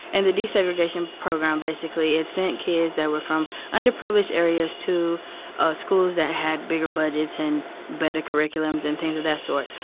and the desegregation program, basically, it sent kids that were from underprivileged areas to ah schools that had bigger budgets and better curriculums and things of that sort.